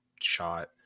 shot